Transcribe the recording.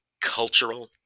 cultural